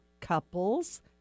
couples